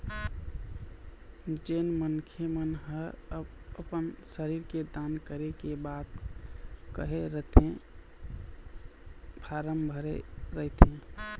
जेन मनखे मन ह अपन शरीर के दान करे के बात कहे रहिथे फारम भरे रहिथे